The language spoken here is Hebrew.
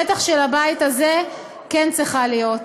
בטח של הבית הזה, כן צריכה להיות.